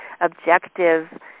objective